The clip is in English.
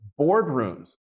boardrooms